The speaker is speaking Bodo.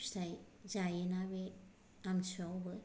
फिथाइ जायोना बे आमथि सुवायावबो